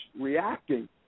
reacting